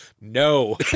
No